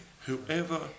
Whoever